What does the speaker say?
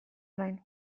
orain